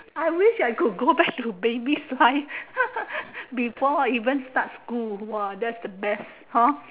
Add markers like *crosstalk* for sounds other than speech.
I wish I could go back to baby size *laughs* before I even start school !wah! that's the best hor